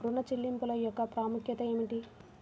ఋణ చెల్లింపుల యొక్క ప్రాముఖ్యత ఏమిటీ?